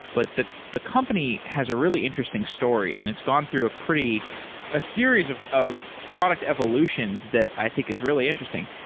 but the the company has a really interesting story and it's gone through ah a series of of product evolutions that i think is really interesting.